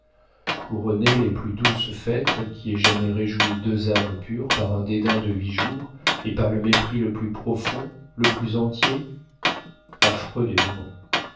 couronner les plus douces fêtes qui aient jamais réjoui deux âmes pures par un dédain de huit jours et par le mépris le plus profond le plus entier affreux dénouement